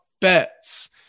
bets